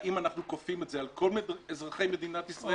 האם אנחנו כופים על כל אזרחי מדינת ישראל